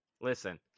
Listen